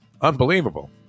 Unbelievable